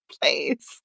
Please